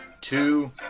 two